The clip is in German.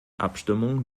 abstimmung